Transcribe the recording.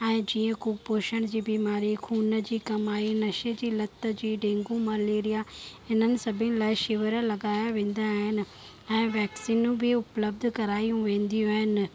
ऐं जीअं कुपोषण जी बीमारी खून जी कमाई नशे जे लत जी डेंगू मलेरिया इन्हनि सभिनि लाइ शिविर लॻायां वेंदा आहिनि ऐं वैक्सीनूं बि उपलब्ध करायूं वेंदियूं आहिनि